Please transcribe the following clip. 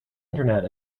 internet